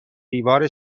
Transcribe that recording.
دیوار